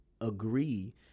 agree